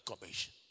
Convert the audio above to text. commission